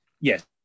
Yes